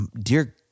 dear